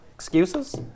Excuses